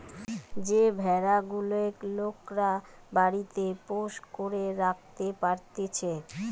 যে ভেড়া গুলেক লোকরা বাড়িতে পোষ্য করে রাখতে পারতিছে